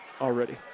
already